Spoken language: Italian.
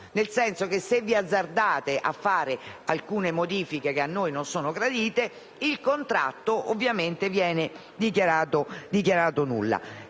nel senso che, se vi azzardate a fare alcune modifiche che a noi non sono gradite, il contratto viene dichiarato nullo.